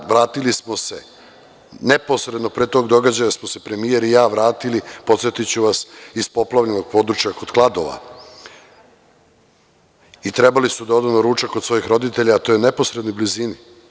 Neposredno pre tog događaja smo se premijer i ja vratili, podsetiću vas, iz poplavljenog područja kod Kladova i trebali su da odu na ručak kod svojih roditelja, a to je u neposrednoj blizini.